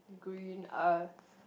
green uh